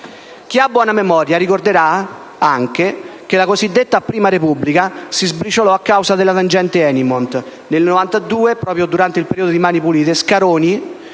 Chi ha buona memoria ricorderà anche che la cosiddetta Prima Repubblica si sbriciolò a causa delle tangenti Enimont. Nel 1992, proprio durante il periodo di Mani pulite, Scaroni